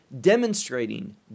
demonstrating